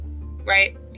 right